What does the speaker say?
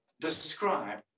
describe